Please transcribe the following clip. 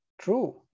true